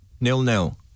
Nil-nil